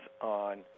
on